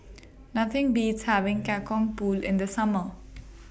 Nothing Beats having Kacang Pool in The Summer